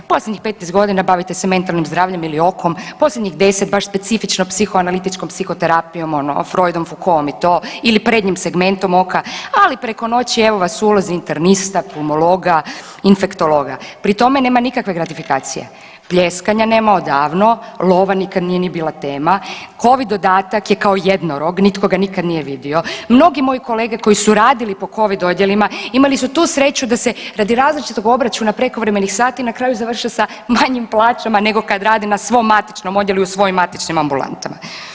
Posljednjih 15.g. bavite se mentalnim zdravljem ili okom, posljednjih 10 baš specifično psihoanalitičkom psihoterapijom ono Freudom… [[Govornik se ne razumije]] i to ili prednjim segmentom oka, ali preko noći evo vas u ulozi internista, pulmologa, infektologa pri tome nema nikakve gratifikacije, pljeskanja nema odavno, lova nikad nije ni bila tema, covid dodatak je kao jednorog nitko ga nikad nije vidio, mnogi moji kolege koji su radili po covid odjelima imali su tu sreću da se radi različitog obračuna prekovremenih sati na kraju završe sa manjim plaćama nego kad rade na svom matičnom odjelu i u svojim matičnim ambulantama.